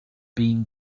been